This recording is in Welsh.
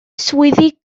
swyddi